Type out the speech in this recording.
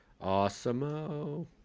Awesome